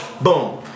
boom